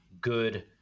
good